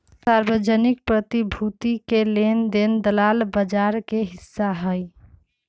सार्वजनिक प्रतिभूति के लेन देन दलाल बजार के हिस्सा हई